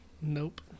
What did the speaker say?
Nope